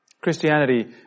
Christianity